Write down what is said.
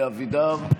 אבידר,